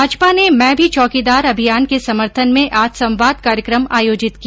भाजपा ने मैं भी चौकीदार अभियान के समर्थन में आज संवाद कार्यक्रम आयोजित किया